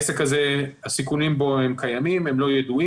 הסיכונים בעסק הזה קיימים, הם לא ידועים,